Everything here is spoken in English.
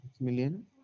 Million